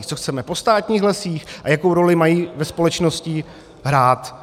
Co chceme po státních lesích a jakou roli mají ve společnosti hrát.